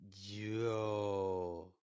Yo